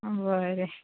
आं बरें